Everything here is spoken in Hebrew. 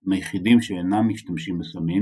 הם היחידים שאינם משתמשים בסמים,